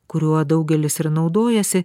kuriuo daugelis ir naudojasi